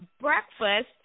breakfast